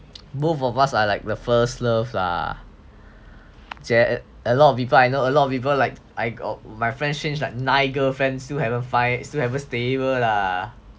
both of us are like the first love lah a lot of the people a lot of people like I got my friends change like nine girlfriends still haven't find haven't stable lah